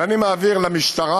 ואני מעביר למשטרה,